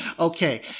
Okay